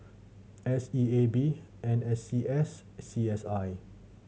S E A B N S C S C S I